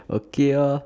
okay orh